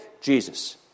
Jesus